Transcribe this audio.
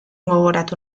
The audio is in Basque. gogoratu